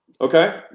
okay